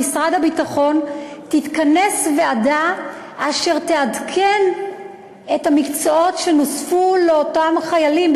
במשרד הביטחון תתכנס ועדה אשר תעדכן את המקצועות שנוספו לאותם חיילים,